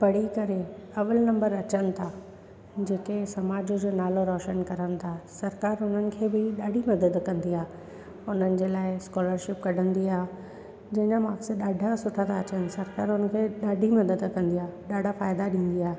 पढ़ी करे अवलि नंबर अचनि था जेके समाज जो नालो रोशन करनि था सरकारु हुननि खे बि ॾाढी मदद कंदी आहे हुननि जे लाइ स्कोलरशिप कढंदी आहे जंहिंजा माक्स ॾाढा सुठा था अचनि सरकारु उनखे ॾाढी मदद कंदी आहे ॾाढा फ़ाइदा ॾींदी आहे